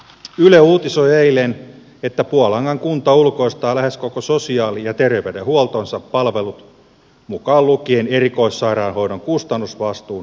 yle uutisoi eilen että puolangan kunta ulkoistaa lähes koko sosiaali ja terveydenhuoltonsa palvelut mukaan lukien erikoissairaanhoidon kustannusvastuun attendolle